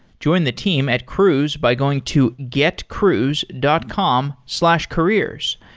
join the team at cruise by going to getcruise dot com slash careers.